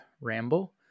ramble